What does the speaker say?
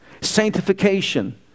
Sanctification